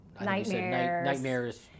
nightmares